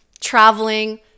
traveling